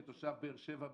אמרת כתושב באר-שבע,